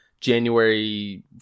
january